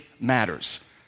matters